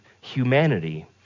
humanity